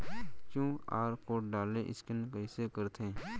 QR code ले scan कइसे करथे?